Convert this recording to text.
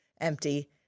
empty